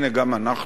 הנה גם אנחנו,